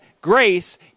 grace